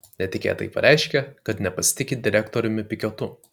netikėtai pareiškė kad nepasitiki direktoriumi pikiotu